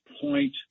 point